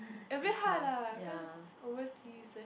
a bit hard lah cause overseas eh